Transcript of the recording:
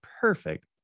perfect